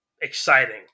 exciting